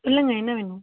இல்லைங்க என்ன வேணும்